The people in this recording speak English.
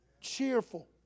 Cheerful